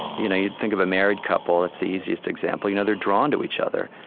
you know you'd think of a married couple, that's the easiest example. you know, they're drawn to each other.